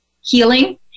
healing